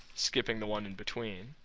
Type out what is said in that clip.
skipping the one in between